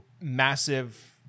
massive